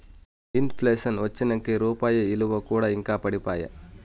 in ప్లేషన్ వచ్చినంకే రూపాయి ఇలువ కూడా ఇంకా పడిపాయే